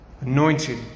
anointed